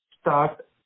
start